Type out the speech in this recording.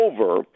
over